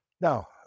Now